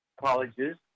colleges